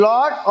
Lord